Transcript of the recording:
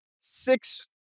six